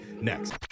next